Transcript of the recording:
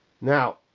Now